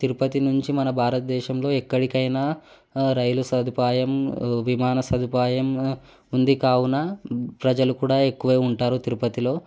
తిరుపతి నుంచి మన భారతదేశంలో ఎక్కడికైనా రైలు సదుపాయం విమాన సదుపాయం ఉంది కావునా ప్రజలు కూడా ఎక్కువే ఉంటారు తిరుపతిలో